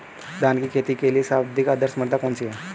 धान की खेती के लिए सर्वाधिक आदर्श मृदा कौन सी है?